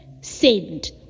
Send